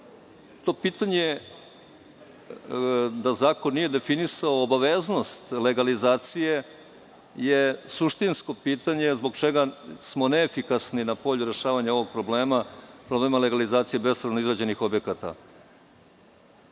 pitanje, da zakon nije definisao obaveznost legalizacije, je suštinsko pitanje – zbog čega smo neefikasni na polju rešavanja ovog problema, problema legalizacije bespravno izgrađenih objekata?